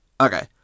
Okay